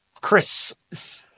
Chris